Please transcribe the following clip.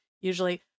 Usually